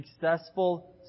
successful